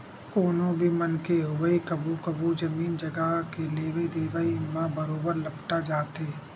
कोनो भी मनखे होवय कभू कभू जमीन जघा के लेवई देवई म बरोबर लपटा जाथे